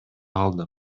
алдым